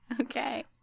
Okay